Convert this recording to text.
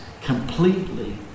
completely